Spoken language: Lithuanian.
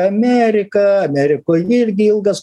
ameriką amerikoj irgi ilgas